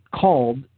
called